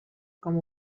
com